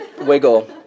wiggle